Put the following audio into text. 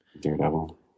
daredevil